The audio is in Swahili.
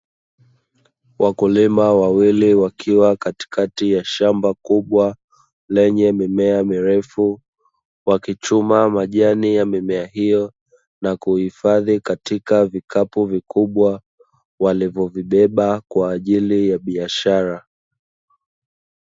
Wakulima wawili wakiwa katikati ya shamba kubwa, lenye mimea mirefu, wakichuma majani ya mimea hiyo, na kuhifadhi katika vikapu vikubwa, walivyovibeba kwa ajili ya biashara.